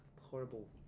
horrible